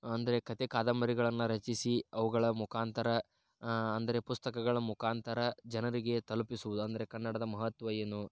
ಅಂದರೆ ಕತೆ ಕಾದಂಬರಿಗಳನ್ನು ರಚಿಸಿ ಅವುಗಳ ಮುಖಾಂತರ ಅಂದರೆ ಪುಸ್ತಕಗಳ ಮುಖಾಂತರ ಜನರಿಗೆ ತಲುಪಿಸುವುದು ಅಂದರೆ ಕನ್ನಡದ ಮಹತ್ವ ಏನು